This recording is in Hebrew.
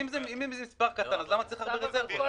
אם מדובר במספר קטן, למה צריך הרבה רזרבות?